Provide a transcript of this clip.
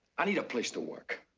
i need a place to work.